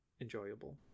enjoyable